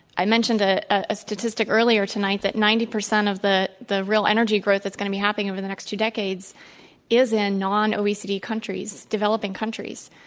i mentioned a ah statistic earlier tonight that ninety percent of the the real energy growth that's going to be happening over the next two decades is in non-oecd countries developing countries.